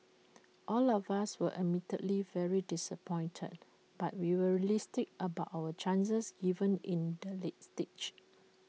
all of us were admittedly very disappointed but we were realistic about our chances given in the late stage